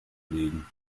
legen